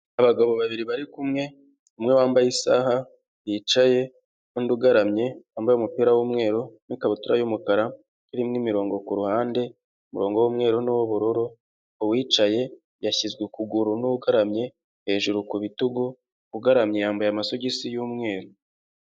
Abagabo babiri bari kumwe, umwe wambaye isaha yicaye n'undi ugaramye wambaye umupira w'umweru n'ikabutura y'umukara turimo imirongo ku ruhande umurongo w'umweru n'uw'ubururu, uwicaye yashyizwe ukuguru n'ugaramye hejuru ku bitugu ugaramye yambaye amasogisi y'umweru.